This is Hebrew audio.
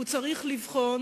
הוא צריך לבחון